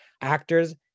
actors